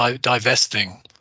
divesting